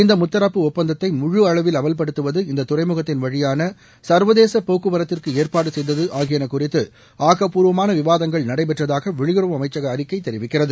இந்த முத்தரப்பு ஒப்பந்தத்தை முழு அளவில் அமல்படுத்துவது இந்த துறைமுகத்தின் வழியான சர்வதேச போக்குவரத்திற்கு ஏற்பாடு செய்தத ஆகியன குறித்து ஆக்கப்பூர்வமான விவாதங்கள் நடைபெற்றதாக வெளியுறவு அமைச்சக அறிக்கை தெரிவிக்கிறது